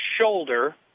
shoulder